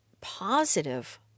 positive